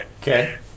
Okay